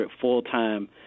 full-time